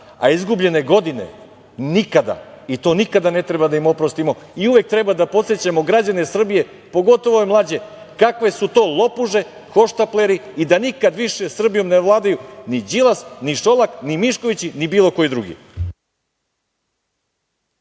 a izgubljene godine nikada i to nikada ne treba da im oprostimo i uvek treba da podsećamo građane Srbije, pogotovo ove mlađe kakve su to lopuže, hohštapleri i da nikav više Srbijom ne vladaju ni Đilas, ni Šolak, ni Mišković, ni bilo koji drugi.